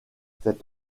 cette